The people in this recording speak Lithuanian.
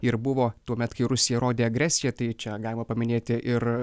ir buvo tuomet kai rusija rodė agresiją tai čia galima paminėti ir